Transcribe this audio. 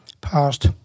past